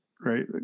right